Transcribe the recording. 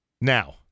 Now